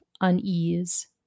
unease